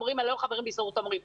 המורים האלה לא חברים בהסתדרות המורים,